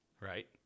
right